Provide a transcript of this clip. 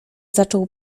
zaczął